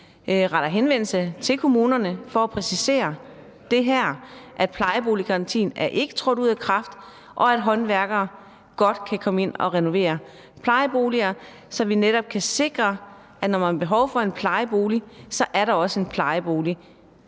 retter henvendelse til kommunerne for at præcisere det her, altså at plejeboliggarantien ikke er trådt ud af kraft, og at håndværkere godt kan komme ind og renovere plejeboliger, så vi netop kan sikre, at når man har behov for en plejebolig, er der også en plejebolig.